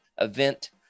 event